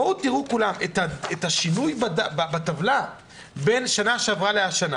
בואו תראו כולם את השינוי בטבלה בין שנה שעברה לשנה